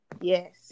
Yes